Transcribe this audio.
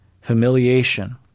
humiliation